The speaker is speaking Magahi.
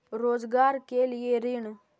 रोजगार के लिए ऋण?